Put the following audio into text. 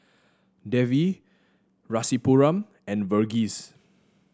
Devi Rasipuram and Verghese